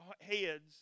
heads